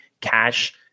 cash